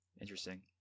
Interesting